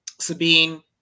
Sabine